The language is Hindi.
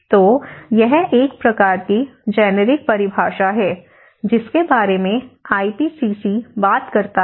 तो यह एक प्रकार की जेनेरिक परिभाषा है जिसके बारे में आईपीसीसी बात करता है